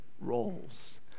roles